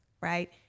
right